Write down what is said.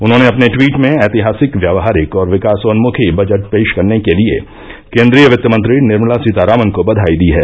उन्होंने अपने टवीट में ऐतिहासिक व्यावहारिक और विकासोन्मुखी बजट पेश करने के लिए केन्द्रीय वित्तमंत्री निर्मला सीतारामन को बधाई दी है